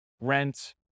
rent